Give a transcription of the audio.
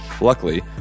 Luckily